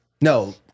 No